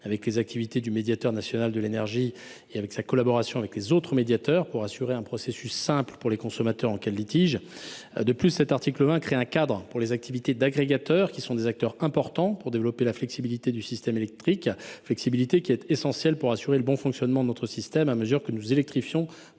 avec les activités du médiateur national de l’énergie et sa collaboration avec les autres médiateurs en vue d’assurer un processus simple pour les consommateurs en cas de litige. De plus, cet article crée un cadre pour les activités d’agrégateurs, qui sont des acteurs importants pour le développement de la flexibilité du système électrique, laquelle est essentielle au bon fonctionnement de notre système à mesure que nous électrifions